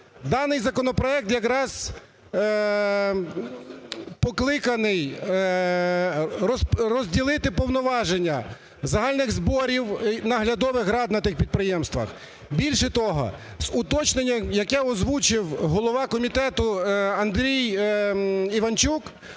Даний законопроект якраз покликаний розділити повноваження загальних зборів наглядових рад на тих підприємствах. Більше того, з уточненням, яке озвучив голова комітету Андрій Іванчук,